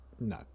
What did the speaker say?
No